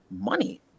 money